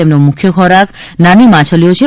તેમનો મુખ્ય ખોરાક નાની માછલીઓ છે